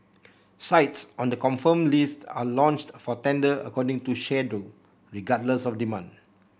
sites on the confirmed list are launched for tender according to schedule regardless of demand